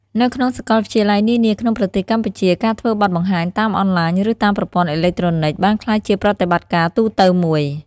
នៅក្នុងសកលវិទ្យាល័យនានាក្នុងប្រទេសកម្ពុជា ការធ្វើបទបង្ហាញតាមអនឡាញ ឬ តាមប្រព័ន្ធអេឡិចត្រូនិកបានក្លាយជាប្រតិបត្តិការទូទៅមួយ។